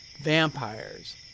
Vampires